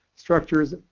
structures,